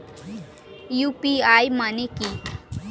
UPI মানে কি?